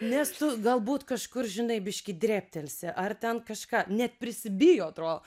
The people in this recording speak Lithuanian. nes tu galbūt kažkur žinai biški drėbtelsi ar ten kažką net prisibijo atrodo